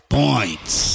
points